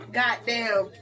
goddamn